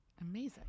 Amazing